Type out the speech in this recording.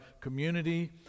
community